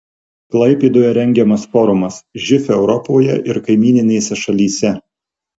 klaipėdoje rengiamas forumas živ europoje ir kaimyninėse šalyse